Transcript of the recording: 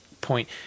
point